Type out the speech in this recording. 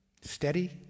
Steady